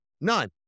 none